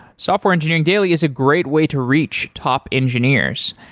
software engineering daily is a great way to reach top engineers.